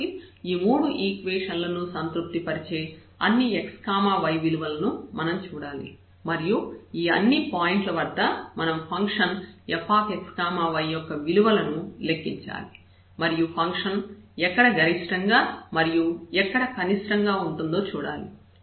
కాబట్టి ఈ మూడు ఈక్వేషన్ లను సంతృప్తి పరిచే అన్ని x y విలువలను మనం చూడాలి మరియు ఈ అన్ని పాయింట్ల వద్ద మనం ఫంక్షన్ fxy యొక్క విలువను లెక్కించాలి మరియు ఫంక్షన్ ఎక్కడ గరిష్టంగా మరియు ఎక్కడ కనిష్ఠంగా ఉంటుందో చూడాలి